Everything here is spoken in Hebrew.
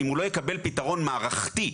אם הוא לא יקבל פתרון מערכתי,